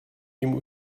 tím